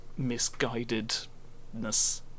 misguidedness